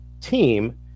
team